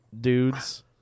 dudes